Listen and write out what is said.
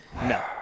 No